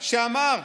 שאמר: